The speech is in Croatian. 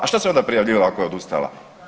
A što se onda prijavljivala ako je odustala?